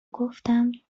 گفتم